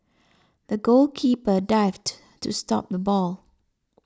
the goalkeeper dived to stop the ball